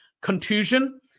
contusion